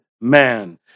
man